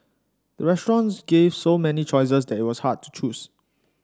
the restaurant gave so many choices that it was hard to choose